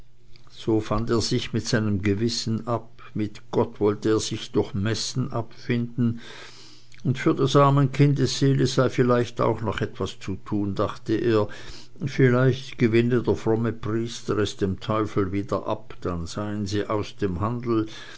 so fand er sich mit seinem gewissen ab mit gott wollte er sich durch messen abfinden und für des armen kindes seele sei vielleicht auch noch etwas zu tun dachte er vielleicht gewinne der fromme priester es dem teufel wieder ab dann seien sie aus dem handel